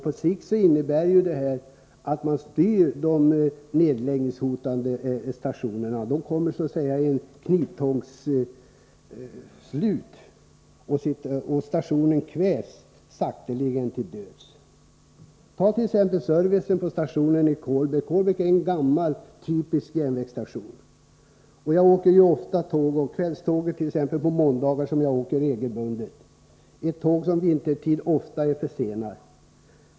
På sikt innebär det att man styr de nedläggningshotade stationerna. De kommer i en kniptångssituation, och stationen kvävs sakteligen till döds. Ta t.ex. servicen på stationen i Kolbäck. Kolbäck är en typisk gammal järnvägsstation. Jag åker ofta tåg. Kvällståget på måndagarna åker jag regelbundet — ett tåg som vintertid ofta är försenat.